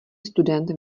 student